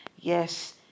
Yes